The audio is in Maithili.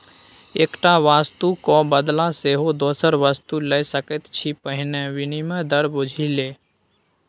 एकटा वस्तुक क बदला सेहो दोसर वस्तु लए सकैत छी पहिने विनिमय दर बुझि ले